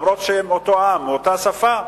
אף שהם מאותו עם, עם אותה שפה,